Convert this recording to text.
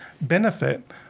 benefit